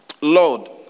Lord